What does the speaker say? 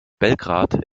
belgrad